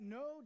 no